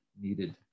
needed